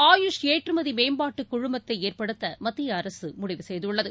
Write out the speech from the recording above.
ஆயுஷ் ஏற்றுமதிமேம்பாட்டுகுழுமத்தைஏற்படுத்தமத்தியஅரசுமுடிவு செய்துள்ளது